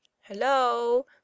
hello